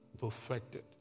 perfected